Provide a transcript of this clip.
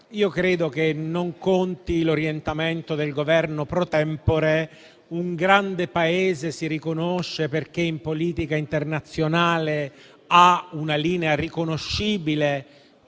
credo che non conti l'orientamento del Governo *pro tempore*: un grande Paese si riconosce perché in politica internazionale ha una linea riconoscibile,